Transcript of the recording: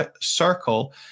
circle